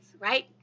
right